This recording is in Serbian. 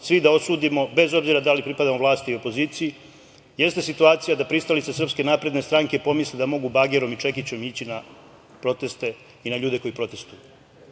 svi da osudimo bez obzira da li pripadamo vlasti ili opoziciji jeste situacija da pristalice SNS pomisle da mogu bagerom i čekićem ići na proteste i na ljude koji protestvuju. Možemo